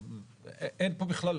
אין פה בכלל,